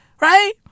Right